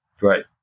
Right